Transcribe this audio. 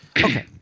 Okay